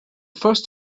first